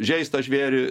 žeistą žvėrį